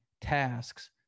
tasks